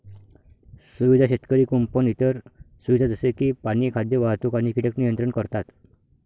सुविधा शेतकरी कुंपण इतर सुविधा जसे की पाणी, खाद्य, वाहतूक आणि कीटक नियंत्रण करतात